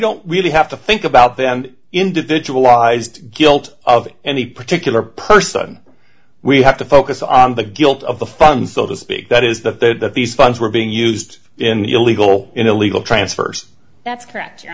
don't really have to think about them individualized guilt of any particular person we have to focus on the guilt of the fund so to speak that is that that these funds were being used in the illegal illegal transfers that's correct your